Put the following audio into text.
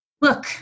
look